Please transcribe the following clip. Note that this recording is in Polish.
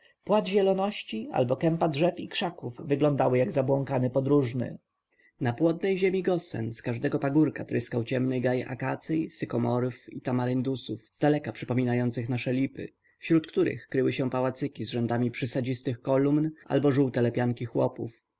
płat zieloności albo kępa drzew i krzaków wyglądały jak zabłąkany podróżny na płodnej ziemi gosen z każdego pagórka tryskał ciemny gaj akacyj sykomorów i tamaryndusów zdaleka przypominających nasze lipy wśród których kryły się pałacyki z rzędami przysadzistych kolumn albo żółte lepianki chłopów